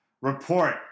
report